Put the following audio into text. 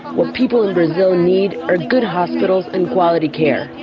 what people in brazil need are good hospitals and quality care.